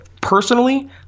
Personally